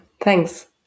Thanks